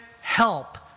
help